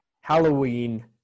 Halloween